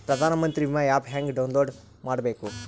ಪ್ರಧಾನಮಂತ್ರಿ ವಿಮಾ ಆ್ಯಪ್ ಹೆಂಗ ಡೌನ್ಲೋಡ್ ಮಾಡಬೇಕು?